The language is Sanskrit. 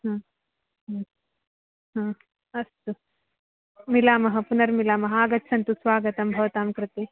अस्तु मिलामः पुनर्मिलामः आगच्छन्तु स्वागतं भवतां कृते